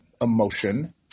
emotion